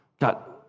got